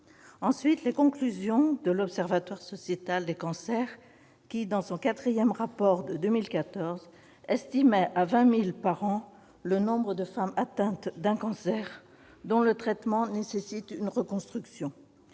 Ensuite, les conclusions de l'Observatoire sociétal des cancers, qui, dans son quatrième rapport en date de 2014, estimait à 20 000 par an le nombre de femmes atteintes d'un cancer dont le traitement nécessite une reconstruction.